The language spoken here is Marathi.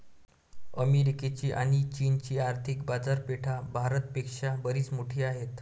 अमेरिकेची आणी चीनची आर्थिक बाजारपेठा भारत पेक्षा बरीच मोठी आहेत